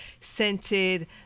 scented